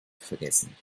vergessen